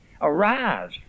arise